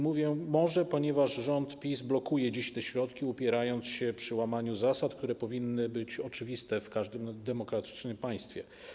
Mówię: może, ponieważ rząd PiS blokuje dziś te środki, upierając się przy łamaniu zasad, które powinny być oczywiste w każdym demokratycznym państwie.